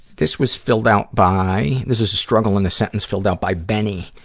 this was filled out by, this is a struggle in a sentence filled out by benny.